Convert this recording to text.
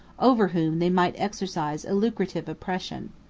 over whom they might exercise a lucrative oppression.